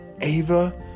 Ava